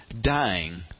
Dying